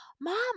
mom